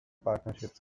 partnerships